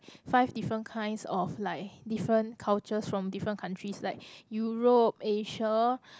five different kinds of like different cultures from different countries like Europe Asia